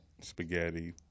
Spaghetti